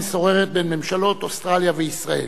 שוררות בין ממשלות אוסטרליה וישראל.